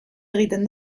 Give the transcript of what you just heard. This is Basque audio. egiten